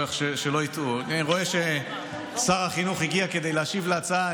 אני רואה ששר החינוך הגיע כדי להשיב על ההצעה.